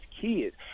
kids